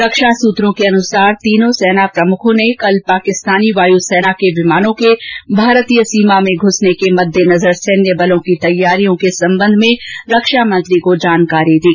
रक्षा सुत्रों के अनुसार तीनों सेना प्रमुखों ने कल पाकिस्तानी वायुसेना के विमानों के भारतीय सीमा में घूसने के मद्देनज़र सैन्य बलों की तैयारियों के सम्बन्ध में रक्षा मंत्री को जानकारी दी